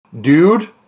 Dude